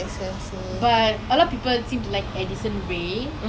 but I think she can sing well lah she just like making fun